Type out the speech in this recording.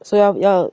so 要要